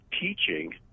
teaching